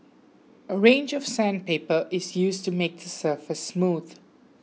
a range of sandpaper is used to make the surface smooth